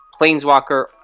planeswalker